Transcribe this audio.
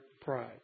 pride